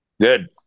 Good